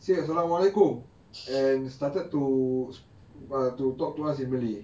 say assamualaikum and started to err to talk to us in malay